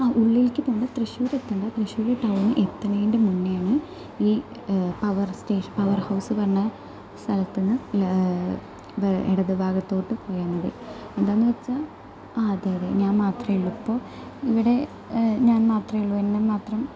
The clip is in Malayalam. ആ ഉള്ളിലേക്ക് പോകണ്ട തൃശ്ശൂർ എത്തണ്ട തൃശ്ശൂർ ടൗൺ എത്തണേൻ്റെ മുന്നെയാണ് ഈ പവർ സ്റ്റേഷൻ പവർ ഹൗസ്സ് പറഞ്ഞ സ്ഥലത്ത് നിന്ന് ഇടതു ഭാഗത്തോട്ട് പോയാൽ മതി എന്താണെന്ന് വച്ചാൽ ആ അതെ അതെ ഞാൻ മാത്രമേയുള്ളു അപ്പോൾ ഇവിടെ ഞാൻ മാത്രമേയുള്ളൂ എന്നെ മാത്രം